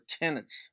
tenants